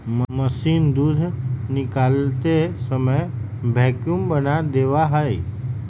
machine दूध निकालते समय वैक्यूम बना देवा हई